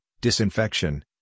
disinfection